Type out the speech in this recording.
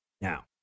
Now